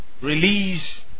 release